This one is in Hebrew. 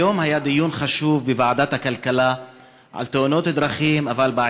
היום היה דיון חשוב בוועדת הכלכלה על תאונות דרכים,